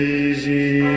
easy